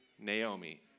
Naomi